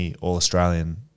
All-Australian